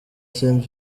saint